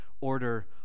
order